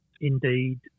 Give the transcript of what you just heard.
indeed